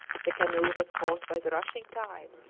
the canoe was caught by the rushing tide,